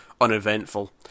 uneventful